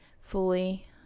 fully